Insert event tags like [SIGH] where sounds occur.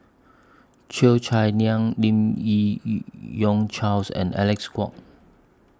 Cheo Chai Niang Lim Yi [NOISE] Yong Charles and Alec Kuok